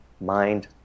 mind